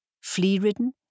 flea-ridden